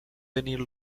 venir